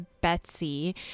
Betsy